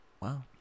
Wow